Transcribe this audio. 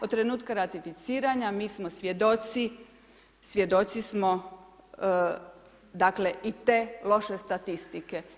Od trenutka ratificiranja mi smo svjedoci, svjedoci smo dakle i te loše statistike.